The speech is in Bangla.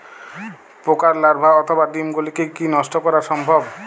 পোকার লার্ভা অথবা ডিম গুলিকে কী নষ্ট করা সম্ভব?